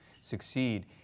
succeed